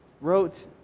wrote